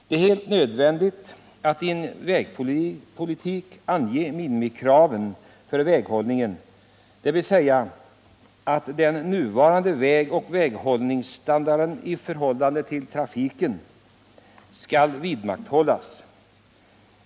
Det är helt nödvändigt att i en vägpolitik ange minimikraven för väghållningen, dvs. att den nuvarande vägoch väghållningsstandarden i förhållande till trafiken skall vidmakthållas.